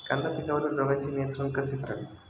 कांदा पिकावरील रोगांचे नियंत्रण कसे करावे?